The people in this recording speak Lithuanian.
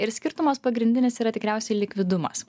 ir skirtumas pagrindinis yra tikriausiai likvidumas